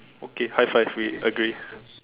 okay high five we agree